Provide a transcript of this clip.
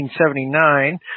1979